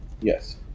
Yes